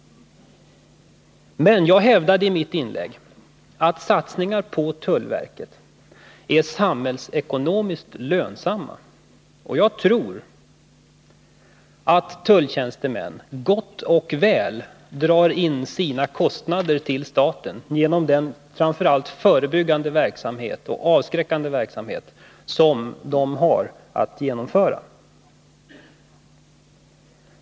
Men jag hävdade i mitt inlägg att satsningar på tullverket är samhällsekonomiskt lönsamma. Jag tror att tulltjänstemännen gott och väl drar in sina kostnader till staten genom den framför allt förebyggande och avskräckande verksamhet som de har att utöva.